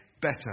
better